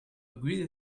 agree